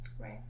Right